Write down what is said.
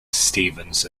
stevens